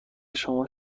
شما